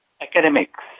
academics